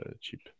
cheap